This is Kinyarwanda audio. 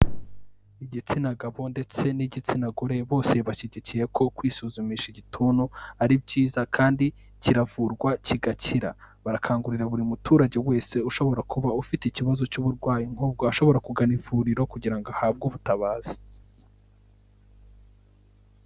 Igitsina gabo ndetse n'igitsina gore bose bashyigikiye ko kwisuzumisha igituntu ari byiza kandi kiravurwa kigakira, barakangurira buri muturage wese ushobora kuba ufite ikibazo cy'uburwayi nk'ubwo, ashobora kugana ivuriro kugira ngo ahabwe ubutabazi.